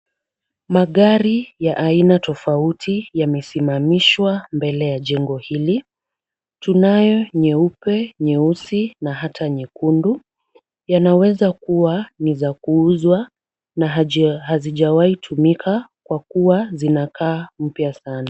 Magari ya aina tofauti yamesimamishwa mbele ya jengo hili. Tunayo nyeupe, nyeusi na ata nyekundu. Yanaweza kuwa ni za kuuzwa na hazijawai tumika kwa kuwa zinakaa mpya sana.